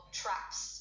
traps